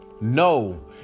no